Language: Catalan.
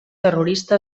terrorista